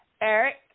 Eric